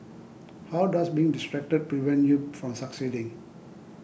how does being distracted prevent you from succeeding